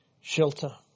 shelter